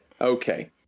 okay